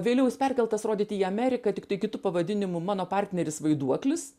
vėliau jis perkeltas rodyti į ameriką tiktai kitu pavadinimu mano partneris vaiduoklis